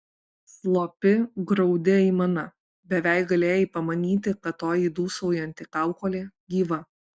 slopi graudi aimana beveik galėjai pamanyti kad toji dūsaujanti kaukolė gyva